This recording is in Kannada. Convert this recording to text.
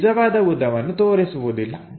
ನಿಜವಾದ ಉದ್ದವನ್ನು ತೋರಿಸುವುದಿಲ್ಲ